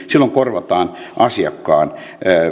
silloin korvataan asiakkaan